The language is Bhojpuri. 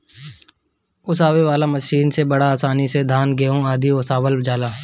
ओसावे वाला मशीन से बड़ा आसानी से धान, गेंहू आदि ओसावल जाला